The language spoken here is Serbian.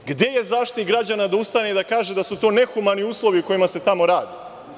Gde je Zaštitnik građana da ustane i da kaže da su to nehumani uslovi u kojima se tamo radi?